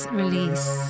release